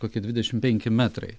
kokie dvidešim penki metrai